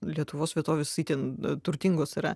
lietuvos vietovės itin turtingos yra